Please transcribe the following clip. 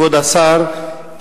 כבוד השר,